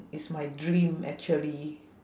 it's my dream actually